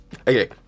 Okay